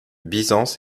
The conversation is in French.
byzance